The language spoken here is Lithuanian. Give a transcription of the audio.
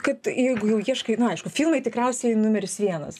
kad jeigu jau ieškai nu aišku filmai tikriausiai numeris vienas